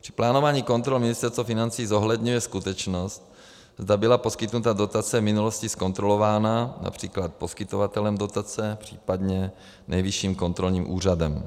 Při plánování kontrol Ministerstvo financí zohledňuje skutečnost, zda byla poskytnutá dotace v minulosti zkontrolována, například poskytovatelem dotace, případně Nejvyšším kontrolním úřadem.